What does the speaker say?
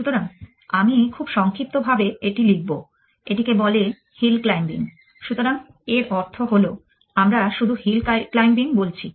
সুতরাং আমি খুব সংক্ষিপ্তভাবে এটি লিখব এটিকে বলে হিল ক্লাইম্বিং সুতরাং এর অর্থ হল আমরা শুধু হিল ক্লাইম্বিং বলছি